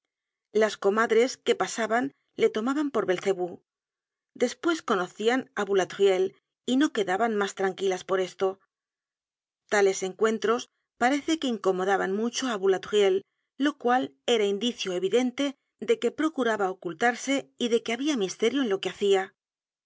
las comadres que pasaban le tomaban por belcebú despues conocian á boulatruelle y no quedaban mas tranquilas por esto tales encuentros parece que incomodaban mucho á boulatruelle lo cual era indicio evidente de que procuraba ocultarse y de que habia misterio en lo que hacia